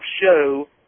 Show